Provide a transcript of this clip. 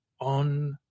on